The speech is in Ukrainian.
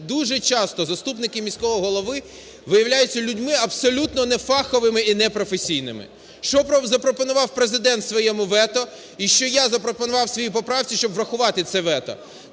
дуже часто заступники міського голови виявляються людьми абсолютно не фаховими і не професійними. Що запропонував Президент в своєму вето і що я запропонував в своїй поправці, щоб врахувати це вето?